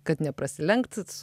kad neprasilenkt